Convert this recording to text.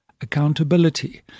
accountability